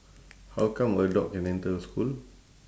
how come a dog can enter a school